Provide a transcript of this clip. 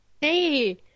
Hey